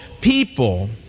people